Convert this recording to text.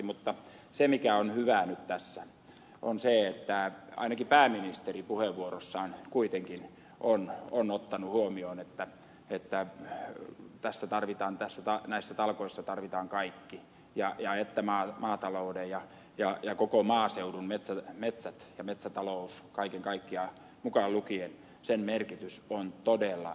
mutta se mikä on hyvää nyt tässä on se että ainakin pääministeri puheenvuorossaan kuitenkin on ottanut huomioon että näissä talkoissa tarvitaan kaikki ja että maatalouden ja koko maaseudun metsät ja metsätalous kaiken kaikkiaan mukaan lukien merkitys on todella iso